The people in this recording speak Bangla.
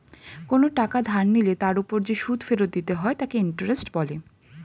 কোনো টাকা ধার নিলে তার উপর যে সুদ ফেরত দিতে হয় তাকে ইন্টারেস্ট বলে